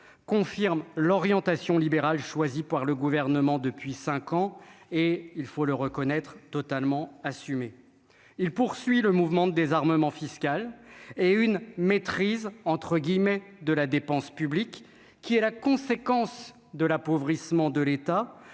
confirme l'orientation libérale choisie par le gouvernement depuis 5 ans et il faut le reconnaître totalement assumé il poursuit le mouvement de désarmement fiscal et une maîtrise entre guillemets de la dépense publique qui est la conséquence de l'appauvrissement de l'État,